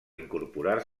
incorporar